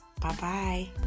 Bye-bye